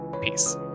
Peace